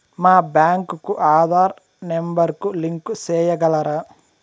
మా బ్యాంకు కు ఆధార్ నెంబర్ కు లింకు సేయగలరా?